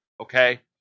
Okay